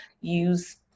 use